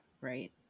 right